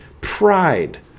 pride